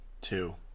Two